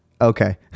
Okay